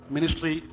Ministry